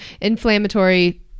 inflammatory